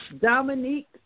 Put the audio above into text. Dominique